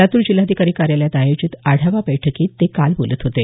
लातूर जिल्हाधिकारी कार्यालयात आयोजित आढावा बैठकीत ते काल बोलत होते